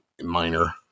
minor